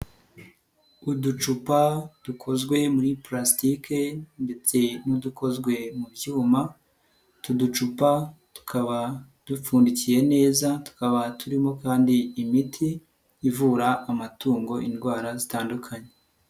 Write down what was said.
Uducupa dukozwe muri pulasitike ndetse n'udukozwe mu cyuma, utu ducupa tukaba ducundikiye neza tukaba turimo kandi imiti ivura amatungo indwara zitandukanye.